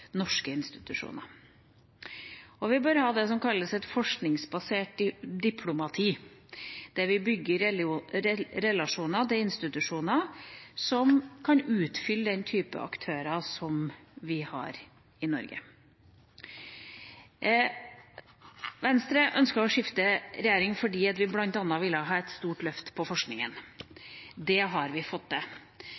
norske institusjoner. Og vi bør ha det som kalles et forskningsbasert diplomati, der vi bygger relasjoner til institusjoner som kan utfylle den typen aktører som vi har i Norge. Venstre ønsket å skifte regjering fordi vi bl.a. ville ha et stort løft på